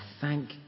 thank